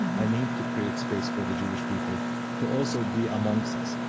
i need to create space for the jewish people to also be amongst us.